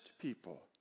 people